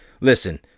listen